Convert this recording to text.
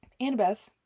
Annabeth